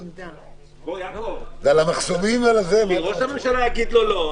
אם ראש הממשלה יגיד לו לא,